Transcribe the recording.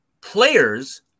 Players